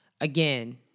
Again